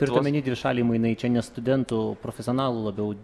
turint omeny dvišaliai mainai čia ne studentų profesionalų labiau